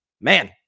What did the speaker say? Man